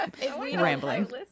rambling